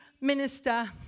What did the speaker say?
minister